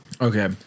Okay